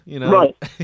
Right